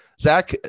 Zach